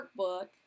workbook